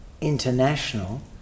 international